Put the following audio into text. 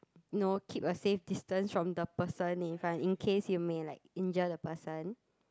no keep a safe distance from the person in front in case you may like injure the person